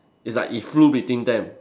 it's like it flew between them